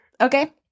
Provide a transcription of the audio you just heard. Okay